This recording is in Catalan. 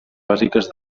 bàsiques